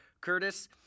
Curtis